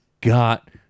got